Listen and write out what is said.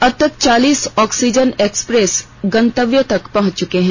अब तक चालीस ऑक्सीजन एक्सप्रेस गंतव्य तक पहँच चुकी हैं